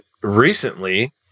recently